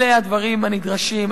אלה הדברים הנדרשים,